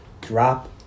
drop